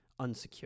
unsecure